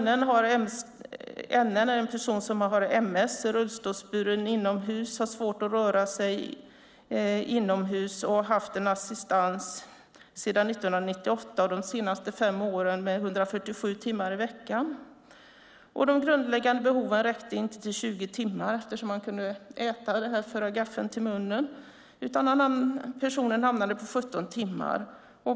NN är en person som har MS, är rullstolsburen och har svårt att röra sig inomhus. NN har haft assistans sedan 1998, de senaste fem åren 147 timmar i veckan. De grundläggande behoven räckte inte till 20 timmar eftersom NN kunde föra gaffeln till munnen, utan personen hamnade på 17 timmar.